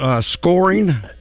scoring